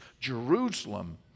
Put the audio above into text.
Jerusalem